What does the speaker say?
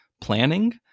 planning